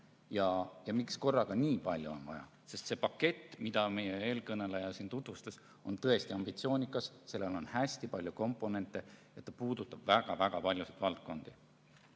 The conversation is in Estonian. ja miks korraga nii palju on vaja. See pakett, mida eelkõneleja siin tutvustas, on tõesti ambitsioonikas, sellel on hästi palju komponente, ta puudutab väga-väga paljusid valdkondi.